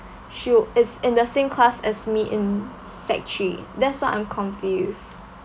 she is in the same class as me in sec three that's what I'm confused